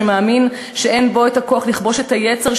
שמאמין שאין בו הכוח לכבוש את היצר,